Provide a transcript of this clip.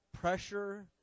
pressure